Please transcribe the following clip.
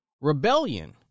Rebellion